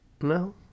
No